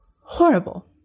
Horrible